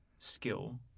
skill